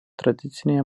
tradiciniai